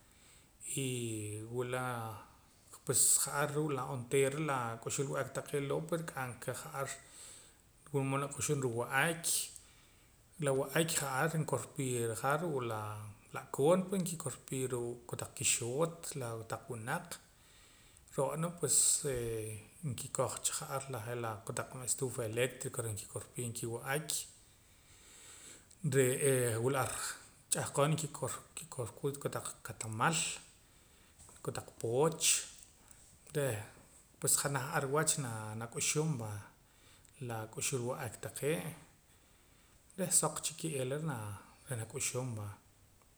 wula pues ja'ar ruu' la onteera la k'uxulb'ak taqee' loo' pe nrik'aman ka ja'ar wila mood nak'uxum ruu' wa'ak la wa'ak ja'ar nkorpii ja'ar ruu' la la'koon pue la'koon nkikorpii ruu' kotaq kixoot la kotaq winaq ro'na pues nkikor cha ja'ar je' la kotaq estufa eléctrica reh nkikorpiim kiwa'ak re'ee wila ar ch'ahqon nkikorpiim kikatamal kotaq pooch reh pues janaj ar wach nanak'uxum va la k'uxulwa'ak taqee' reh suq chiki'ila reh nanak'uxum vaa